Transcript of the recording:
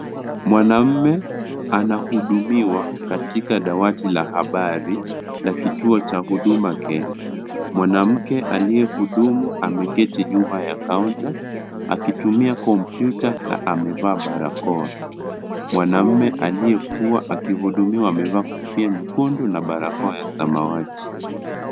Mwanaume anahudumiwa katika dawati la habari ya kituo cha Huduma Kenya . Mwanamke aliyehudumu ameketi nyuma ya kaunta akitumia kompyuta na amevaa barakoa . Mwanaume aliyekuwa akihudumiwa amevaa kofia nyekundu na barakoa ya samawati.